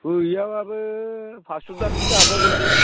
गैयाबाबो फास्स' दालसो जाबावगोनलै